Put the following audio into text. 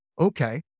Okay